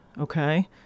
okay